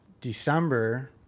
December